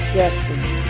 destiny